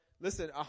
Listen